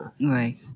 Right